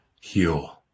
heal